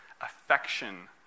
affection